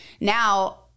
now